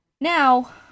Now